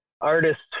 artists